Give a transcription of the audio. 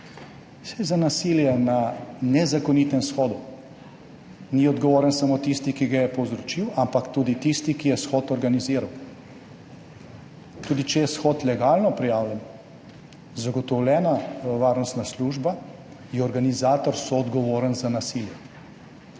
Saj za nasilje na nezakonitem shodu ni odgovoren samo tisti, ki ga je povzročil, ampak tudi tisti, ki je shod organiziral. Tudi če je shod legalno prijavljen, je zagotovljena varnostna služba, je organizator soodgovoren za nasilje.